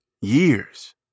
years